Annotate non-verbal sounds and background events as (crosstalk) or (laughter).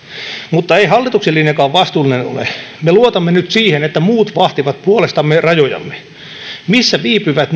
mutta ei hallituksen linjakaan vastuullinen ole me luotamme nyt siihen että muut vahtivat puolestamme rajojamme missä viipyvät (unintelligible)